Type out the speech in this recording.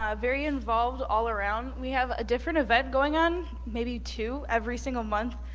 um very involved all around. we have a different event going on, maybe two, every single month.